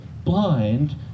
Blind